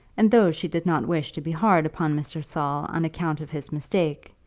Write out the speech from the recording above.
and, though she did not wish to be hard upon mr. saul on account of his mistake,